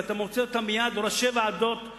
ואתה מוצא אותם מייד ראשי ועדות,